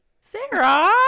Sarah